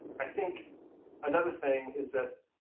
i think another thing is that